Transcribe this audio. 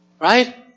Right